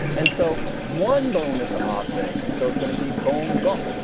and so one bone is the odd thing. and so it's gonna be bone got.